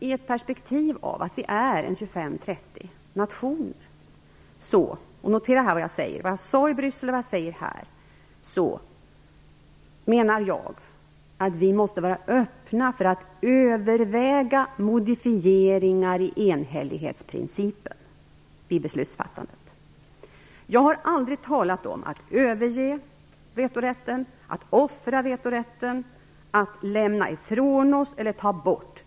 I ett perspektiv av att det är 25-30 nationer - notera vad jag sade i Bryssel, och vad jag säger här - menar jag att vi måste vara öppna för att överväga modifieringar i enhällighetsprincipen vid beslutsfattandet. Jag har aldrig talat om att överge vetorätten, att offra vetorätten, att lämna ifrån oss eller ta bort den.